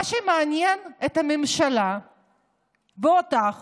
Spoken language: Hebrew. מה שמעניין את הממשלה ואותך